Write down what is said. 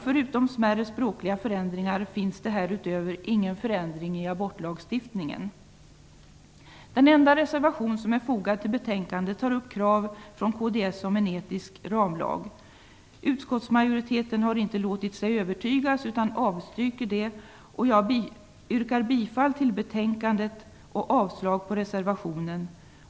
Förutom smärre språkliga förändringar föreslås härutöver ingen förändring i abortlagstiftningen. I den enda reservation som är fogad till betänkandet tas det upp krav från kds på en etisk ramlag. Utskottsmajoriteten har inte låtig sig övertygas, utan man avstyrker förslaget. Jag yrkar bifall till hemställan i betänkandet och avslag på reservationen.